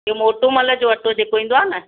इहो मोटूमल जो अटो जेको ईंदो आहे न